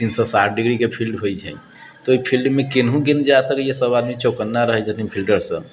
तीन सौ साठ डिग्रीके फील्ड होइ छै ताहि फील्डमे कतहु गेन्द जा सकैए सब आदमी चौकन्ना रहै छथिन फिल्डरसँ